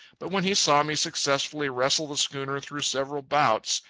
but when he saw me successfully wrestle the schooner through several bouts,